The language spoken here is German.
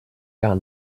gar